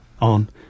on